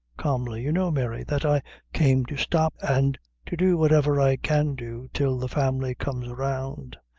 calmly, you know, mary, that i came to stop and to do whatever i can do till the family comes round.